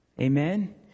Amen